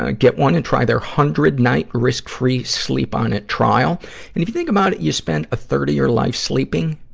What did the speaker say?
ah get one and try their one hundred night risk-free sleep-on-it trial. and if you think about it, you spend a third of your life sleeping.